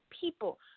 people